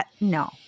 no